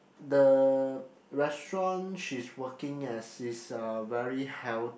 the restaurant she's working as is a very healthy